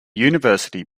university